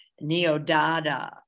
neo-dada